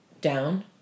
Down